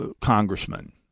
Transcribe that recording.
congressman